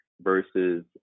versus